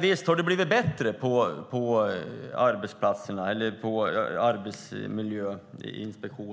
Visst har det blivit bättre på arbetsplatserna med arbetsmiljöinspektioner.